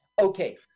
Okay